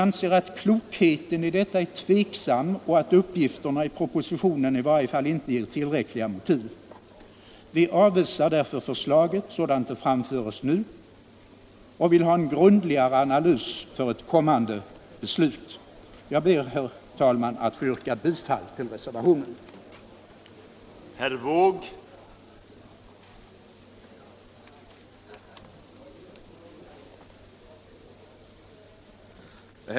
Vi ifrågasätter klokheten i detta. Vi anser att uppgifterna — Nr 150 i propositionen i varje fall inte ger tillräckliga motiv för en sådan ak Fredagen den tieteckning. Därför avvisar vi förslaget som det framförs nu och vill 4 juni 1976 ha en grundligare analys för ett kommande beslut. ads Jag ber, herr talman, att få yrka bifall till reservationen.